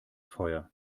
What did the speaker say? feuer